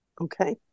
okay